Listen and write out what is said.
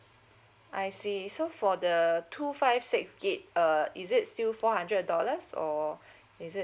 I see so for the two five six gig uh is it still four hundred dollars or is it